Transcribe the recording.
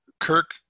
Kirk